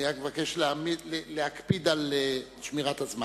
אני רק מבקש להקפיד על שמירת הזמן.